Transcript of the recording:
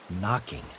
knocking